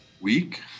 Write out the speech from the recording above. week